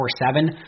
24-7